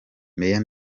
mayor